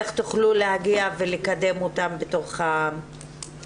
איך תוכלו להגיע ולקדם אותן בתוך החברה?